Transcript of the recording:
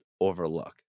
overlook